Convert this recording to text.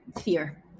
fear